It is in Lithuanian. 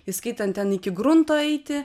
įskaitant ten iki grunto eiti